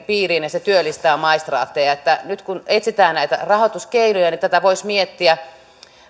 piiriin ja se työllistää maistraatteja nyt kun etsitään näitä rahoituskeinoja niin tätä voisi miettiä